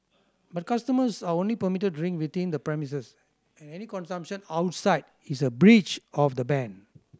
but customers are only permitted to drink within the premises and any consumption outside is a breach of the ban